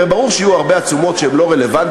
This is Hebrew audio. הרי ברור שיהיו הרבה עצומות לא רלוונטיות,